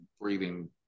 breathing